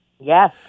Yes